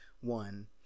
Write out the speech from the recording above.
one